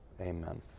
amen